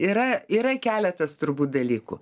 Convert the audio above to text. yra yra keletas turbūt dalykų